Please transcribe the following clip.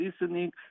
listening